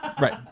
Right